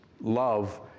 love